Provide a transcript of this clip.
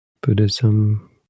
Buddhism